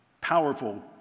powerful